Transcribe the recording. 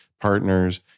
partners